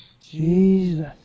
Jesus